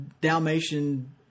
Dalmatian